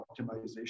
optimization